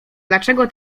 dlaczego